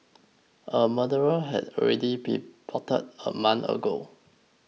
a murder had already been plotted a month ago